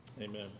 Amen